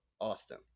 Austin